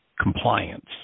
compliance